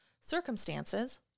circumstances